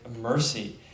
mercy